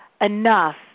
enough